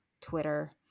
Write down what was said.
Twitter